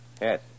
Yes